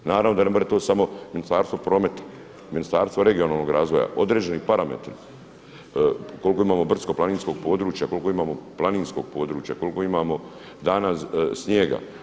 Naravno da ne može to samo Ministarstvo prometa, Ministarstvo regionalnog razvoja, određeni parametri, koliko imamo brdsko-planinskog područja, koliko imamo planinskog područja, koliko imamo dana snijega.